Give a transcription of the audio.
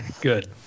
Good